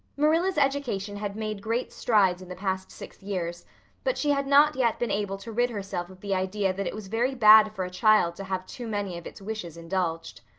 marilla's education had made great strides in the past six years but she had not yet been able to rid herself of the idea that it was very bad for a child to have too many of its wishes indulged.